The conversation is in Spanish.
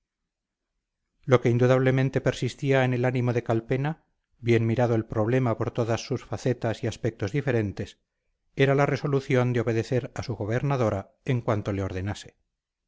lo que indudablemente persistía en el ánimo de calpena bien mirado el problema por todas sus facetas y aspectos diferentes era la resolución de obedecer a su gobernadora en cuanto le ordenase